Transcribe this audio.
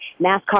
NASCAR